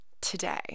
today